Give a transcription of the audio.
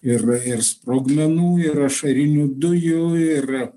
ir ir sprogmenų ir ašarinių dujų ir